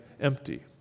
empty